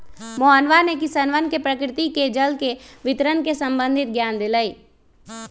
मोहनवा ने किसनवन के प्रकृति में जल के वितरण से संबंधित ज्ञान देलय